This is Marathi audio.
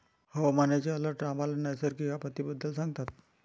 हवामानाचे अलर्ट आम्हाला नैसर्गिक आपत्तींबद्दल सांगतात